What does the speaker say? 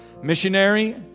Missionary